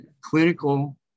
clinical